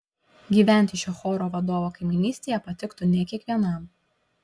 gyventi šio choro vadovo kaimynystėje patiktų ne kiekvienam